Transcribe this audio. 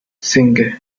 singh